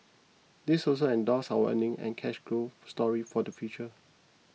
this also endorses our earning and cash growth story for the future